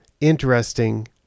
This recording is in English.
interesting